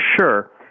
sure